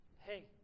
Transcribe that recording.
hey